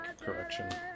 correction